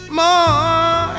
more